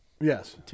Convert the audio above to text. Yes